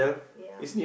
ya